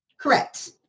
Correct